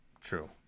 True